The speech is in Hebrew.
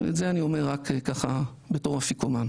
את זה אני אומר ככה בתור אפיקומן.